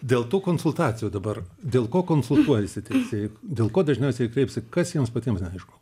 dėl tų konsultacijų dabar dėl ko konsultuojasi teisėjai dėl ko dažniausiai kreipiasi kas jiems patiems neaišku